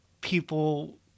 people